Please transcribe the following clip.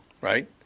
right